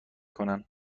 کنن